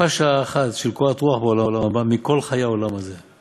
מכל חיי העולם הזה.